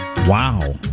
Wow